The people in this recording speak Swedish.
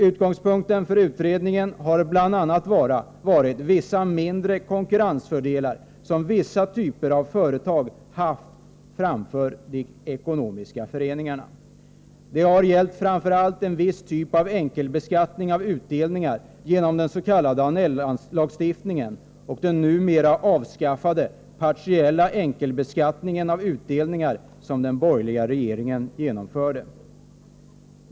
Utgångspunkten för utredningen har bl.a. varit vissa mindre konkurrensfördelar som vissa typer av företag haft framför de ekonomiska föreningarna. Det har gällt framför allt en viss typ av enkelbeskattning av utdelningar genom den s.k. Annellagstiftningen och den numera avskaffade partiella enkelbeskattningen av utdelningar, som den borgerliga regeringen genomförde.